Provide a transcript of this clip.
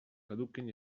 caduquin